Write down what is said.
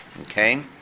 Okay